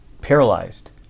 paralyzed